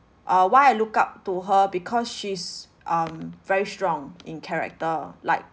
uh why I look up to her because she's um very strong in character like